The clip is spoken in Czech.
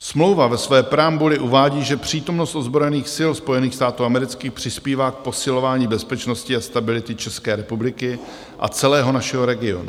Smlouva ve své preambuli uvádí, že přítomnost ozbrojených sil Spojených států amerických přispívá k posilování bezpečnosti a stability České republiky a celého našeho regionu.